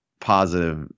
positive